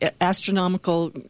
astronomical